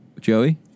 Joey